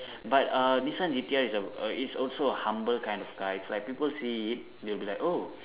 but uh Nissan G_T_R is uh is also a humble kind of car it's like people see it they will be like oh